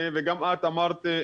וגם את אמרת,